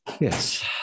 Yes